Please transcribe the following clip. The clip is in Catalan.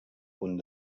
punt